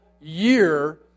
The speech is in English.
year